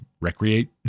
recreate